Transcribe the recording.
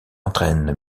entraîne